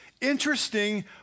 interesting